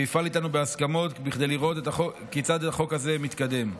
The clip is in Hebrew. ויפעל איתנו בהסכמות כדי לראות כיצד החוק הזה מתקדם.